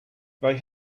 they